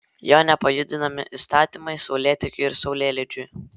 jo nepajudinami įstatymai saulėtekiui ir saulėlydžiui